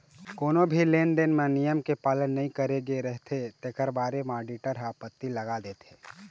कोनो भी लेन देन म नियम के पालन नइ करे गे रहिथे तेखर बारे म आडिटर ह आपत्ति लगा देथे